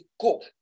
go